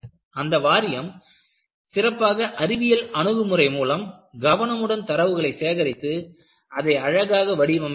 அந்த வாரியம் சிறப்பாக அறிவியல் அணுகுமுறை மூலம் கவனமுடன் தரவுகளை சேகரித்து அதை அழகாக வடிவமைத்தது